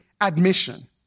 admission